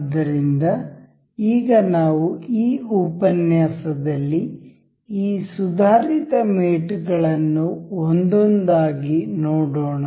ಆದ್ದರಿಂದ ಈಗ ನಾವು ಈ ಉಪನ್ಯಾಸದಲ್ಲಿ ಈ ಸುಧಾರಿತ ಮೇಟ್ ಗಳನ್ನು ಒಂದೊಂದಾಗಿ ನೋಡೋಣ